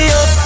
up